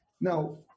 Now